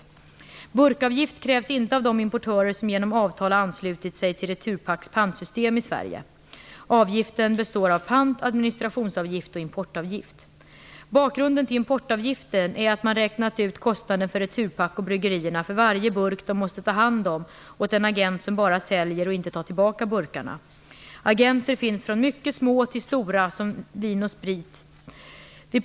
Burkavgift krävs inte av de importörer som genom avtal har anslutit sig till Bakgrunden till importavgiften är att man räknat ut kostnaden för returpack och bryggerierna för varje burk de måste ta hand om åt en agent som bara säljer och inte tar tillbaka burkarna. Agenter finns från mycket små till stora, som Vin & Sprit AB.